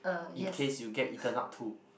in case you get eaten up too